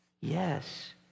yes